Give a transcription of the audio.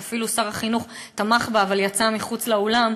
שאפילו שר החינוך תמך בה אבל יצא מחוץ לאולם,